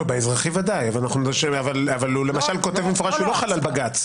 באזרחי ודאי, אבל כותב במפורש שלא חל על בג"ץ.